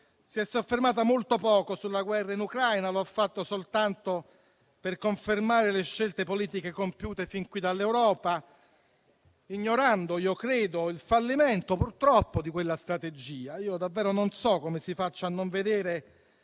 si è soffermata molto poco sulla guerra in Ucraina, lo ha fatto soltanto per confermare le scelte politiche compiute fin qui dall'Europa ignorando, io credo, il fallimento, purtroppo, di quella strategia. Davvero non so come si faccia a non vedere